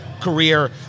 career